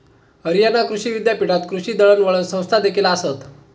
हरियाणा कृषी विद्यापीठात कृषी दळणवळण संस्थादेखील आसत